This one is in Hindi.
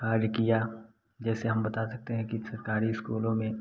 कार्य किया जैसे हम बता सकते हैं कि सरकारी इस्कूलों मे